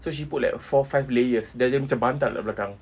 so she put like uh four five layers jadi macam bantal pula kat belakang